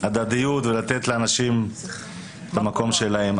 הדדיות ולתת לאנשים את המקום שלהם.